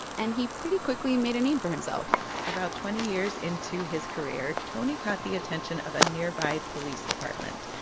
and he pretty quickly made a name for himself about twenty years into his career, tony caught the attention of a nearby police department.